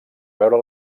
veure